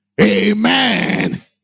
Amen